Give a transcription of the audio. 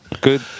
Good